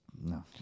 no